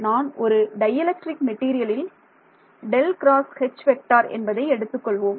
நான் ஒரு dielectric மெட்டீரியலில் என்பதை எடுத்துக் கொள்வோம்